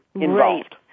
involved